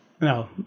No